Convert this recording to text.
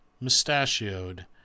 Mustachioed